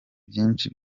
byinshi